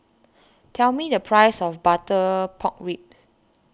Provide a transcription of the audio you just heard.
tell me the price of Butter Pork Ribs